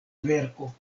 verko